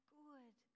good